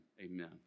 amen